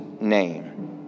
name